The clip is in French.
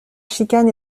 chicane